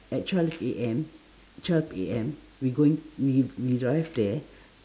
at twelve A_M twelve A_M we going we we arrive there